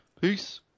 Peace